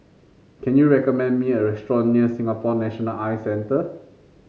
can you recommend me a restaurant near Singapore National Eye Centre